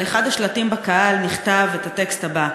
על אחד השלטים בקהל נכתב הטקסט הבא: